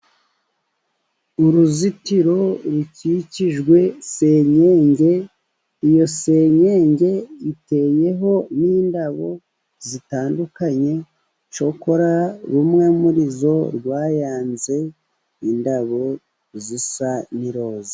Uruzitiro rukikijwe senyenge, iyo senyenge iteyeho n'indabo zitandukanye, cokora rumwe muri zo rwayanze indabo zisa n'iroza.